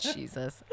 Jesus